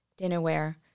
dinnerware